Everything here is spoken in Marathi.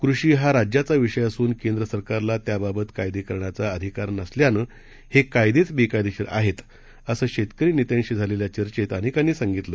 कृषी हा राज्याचा विषय असून केंद्र सरकारला त्याबाबत कायदे करण्याचा अधिकार नसल्यानं हे कायदेच बेकायदेशीर आहेत असं शेतकरी नेत्यांशी झालेल्या चर्चेत अनेकांनी सांगितलं